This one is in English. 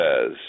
says